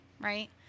Right